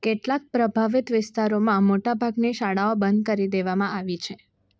કેટલાક પ્રભાવિત વિસ્તારોમાં મોટાભાગની શાળાઓ બંધ કરી દેવામાં આવી છે